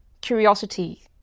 curiosity